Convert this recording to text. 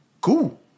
cool